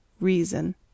Reason